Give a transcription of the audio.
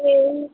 ए